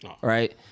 right